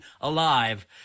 alive